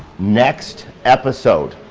next episode,